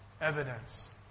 evidence